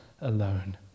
alone